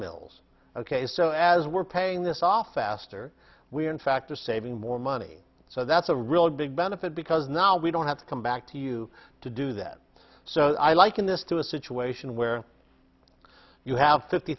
mills ok so as we're paying this off faster we are in fact are saving more money so that's a real big benefit because now we don't have to come back to you to do that so i liken this to a situation where you have fifty